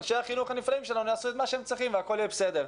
אנשי החינוך הנפלאים שלנו יעשו את זה מה שצריכים והכול יהיה בסדר.